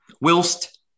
whilst